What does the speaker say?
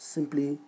Simply